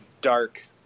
dark